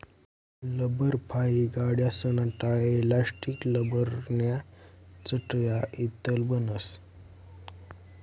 लब्बरफाइ गाड्यासना tyre, elastic, लब्बरन्या चटया इतलं बनस